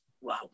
Wow